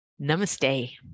Namaste